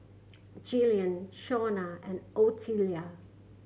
Gillian Shawna and Ottilia